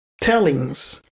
tellings